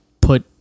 put